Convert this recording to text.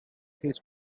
his